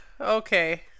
Okay